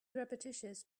repetitious